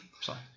sorry